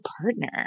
partner